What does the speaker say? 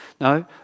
no